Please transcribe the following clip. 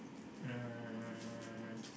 um